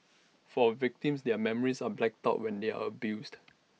for victims their memories are blacked out when they are abused